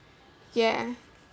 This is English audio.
yeah